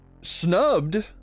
snubbed